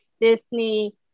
Disney